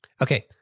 Okay